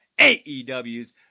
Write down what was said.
AEW's